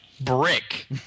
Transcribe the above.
Brick